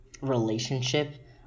relationship